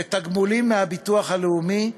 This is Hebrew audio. לתגמולים מהביטוח הלאומי,